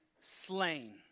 slain